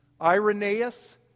Irenaeus